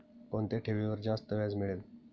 कोणत्या ठेवीवर जास्त व्याज मिळेल?